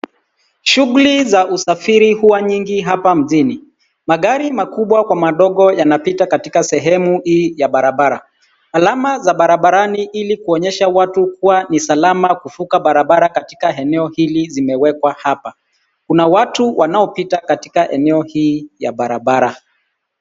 Shughuli za usafiri huwa nyingi hapa mjini. Magari makubwa kwa madogo yanapita katika sehemu hii ya barabara. Alama za barabarani ili kuonyesha watu kuwa ni salama kuvuka barabara katika eneo hili zimewekwa hapa. Kuna watu wanaopita katika eneo hii ya barabara.